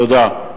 תודה.